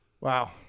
Wow